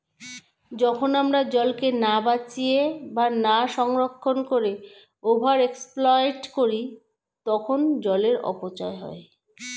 যখন আমরা জলকে না বাঁচিয়ে বা না সংরক্ষণ করে ওভার এক্সপ্লইট করি তখন জলের অপচয় হয়